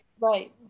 right